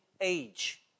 age